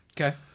okay